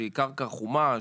שהיא קרקע חומה,